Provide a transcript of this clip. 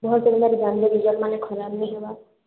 ଭଲ୍ସେ ଜାନ୍ବେ ରେଜଲ୍ଟମାନେ ଖରାପ ନାଇଁ ହେବା